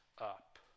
up